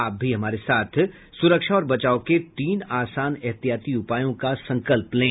आप भी हमारे साथ सुरक्षा और बचाव के तीन आसान एहतियाती उपायों का संकल्प लें